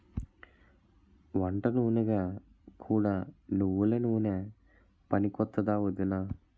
వంటనూనెగా కూడా నువ్వెల నూనె పనికొత్తాదా ఒదినా?